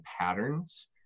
patterns